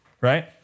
right